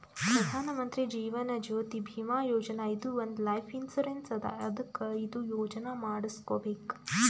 ಪ್ರಧಾನ್ ಮಂತ್ರಿ ಜೀವನ್ ಜ್ಯೋತಿ ಭೀಮಾ ಯೋಜನಾ ಇದು ಒಂದ್ life insurance ಅದಾ ಅದ್ಕ ಇದು ಯೋಜನಾ ಮಾಡುಸ್ಕೊಬೇಕ್